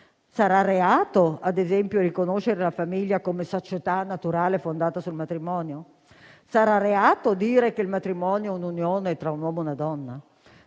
Sarà reato, ad esempio, riconoscere la famiglia come società naturale fondata sul matrimonio? Sarà reato dire che il matrimonio è una unione tra un uomo e una donna?